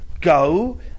go